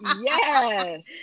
Yes